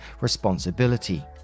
responsibility